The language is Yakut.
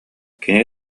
кини